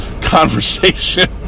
conversation